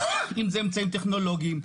אמצעים טכנולוגיים,